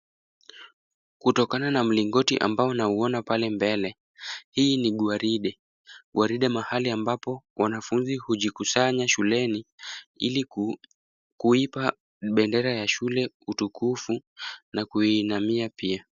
Kutokana na mlingoti ambao nauona pale mbele, hii ni gwaride. Gwaride mahali ambapo wanafunzi hujikusanya shuleni ili kuipa bendera ya shule utukufu na kuiinamia pia.